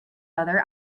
other